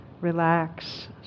relax